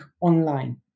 online